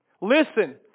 Listen